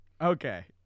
Okay